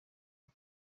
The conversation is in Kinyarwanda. bwe